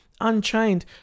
Unchained